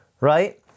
right